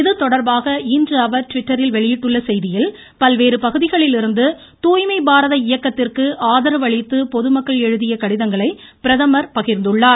இதுதொடர்பாக இன்று அவர் ட்விட்டரில் வெளியிட்டுள்ள செய்தியில் பல்வேறு பகுதிகளிலிருந்து தூய்மை பாரத இயக்கத்திற்கு ஆதரவு அளித்து பொதுமக்கள் எழுதிய கடிதங்களை பிரதமர் பகிர்ந்துள்ளார்